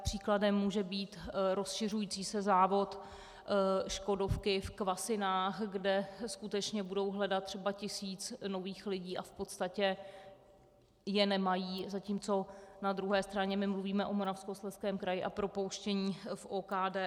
Příkladem může být rozšiřující se závod Škodovky v Kvasinách, kde skutečně budou hledat třeba tisíc nových lidí a v podstatě je nemají, zatímco na druhé straně mluvíme o Moravskoslezském kraji a propouštění v OKD.